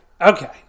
Okay